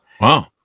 wow